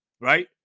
right